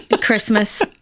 Christmas